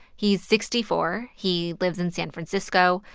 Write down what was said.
he's sixty four. he lives in san francisco.